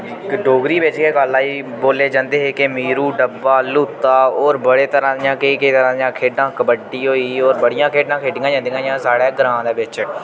इक डोगरी बिच्च गै गल्ल आई बोल्ले जंदे हे के मीरु डब्बा लुत्ता होर बड़े तरह दियां केईं केईं तरह दियां खेढां कबड्ढी होई गेई होर बड़ियां खेढां खेढी जंदियां हियां साढ़ै ग्रांऽ दे बिच्च